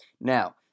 Now